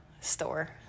store